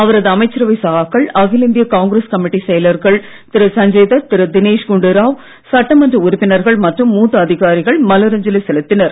அவரது அமைச்சரவை சகாக்கள் அகில இந்திய காங்கிரஸ் கமிட்டிச் செயலர்கள் திரு சஞ்சய் தத் திரு தினேஷ் குண்டு ராவ் சட்டமன்ற உறுப்பினர்கள் மற்றும் மூத்த அதிகாரிகள் மாலை அணிவித்து மரியாதை செலுத்தினர்